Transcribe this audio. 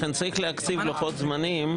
לכן צריך להקציב לוחות זמנים,